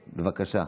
בבקשה,